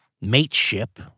mateship